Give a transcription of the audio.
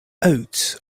oats